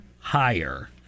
higher